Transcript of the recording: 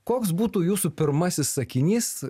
koks būtų jūsų pirmasis sakinys